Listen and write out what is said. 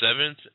Seventh